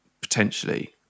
potentially